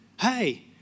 Hey